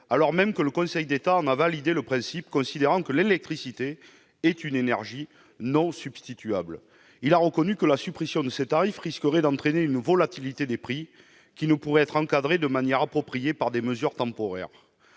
alors même que le Conseil d'État en a validé le principe, considérant que l'électricité est une énergie non substituable. Il a reconnu que la suppression de ces tarifs risquerait d'entraîner une volatilité des prix, qui ne pourraient être encadrés de manière appropriée par des mesures temporaires.